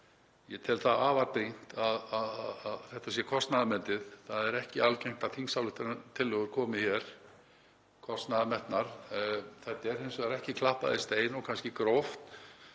ég tel afar brýnt að þetta sé kostnaðarmetið. Það er ekki algengt að þingsályktunartillögur komi hér kostnaðarmetnar. Þetta er hins vegar ekki klappað í stein og kannski gróft.